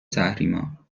تحریما